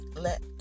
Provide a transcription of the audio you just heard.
let